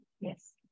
Yes